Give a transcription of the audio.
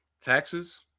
taxes